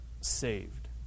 saved